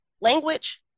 language